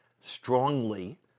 strongly